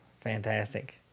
fantastic